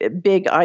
big